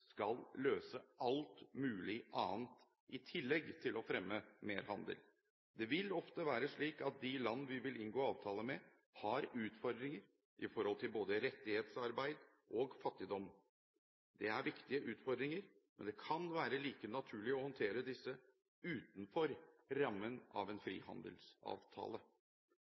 skal løse alt mulig annet enn å fremme mer handel. Det vil ofte være slik at de land vi vil inngå avtale med, har utfordringer med hensyn til både rettighetsarbeid og fattigdom. Det er viktige utfordringer, men det kan være like naturlig å håndtere disse utenfor rammen av en frihandelsavtale.